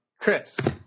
Chris